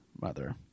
mother